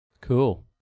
Cool